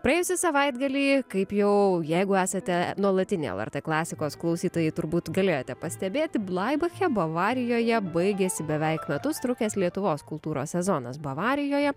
praėjusį savaitgalį kaip jau jeigu esate nuolatiniai lrt klasikos klausytojai turbūt galėjote pastebėti blaibache bavarijoje baigėsi beveik metus trukęs lietuvos kultūros sezonas bavarijoje